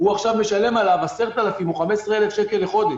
עכשיו הוא משלם עליו 10,000 או 15,000 שקל לחודש.